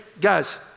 guys